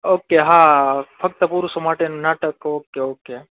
okay હાં ફક્ત પુરુષો માટેનું નાટક ઓકે ઓકે